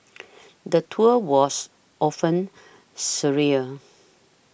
the tour was often surreal